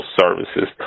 services